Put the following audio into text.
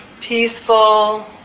peaceful